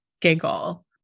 giggle